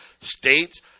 states